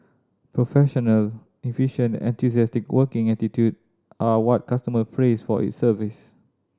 professional efficient and enthusiastic working attitude are what customer praise for its service